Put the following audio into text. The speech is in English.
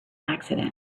accident